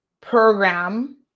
program